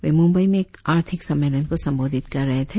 वे मुंबई में एक आर्थिक सम्मेलन को संबोधित कर रहे थे